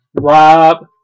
Rob